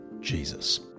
Jesus